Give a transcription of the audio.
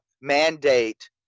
mandate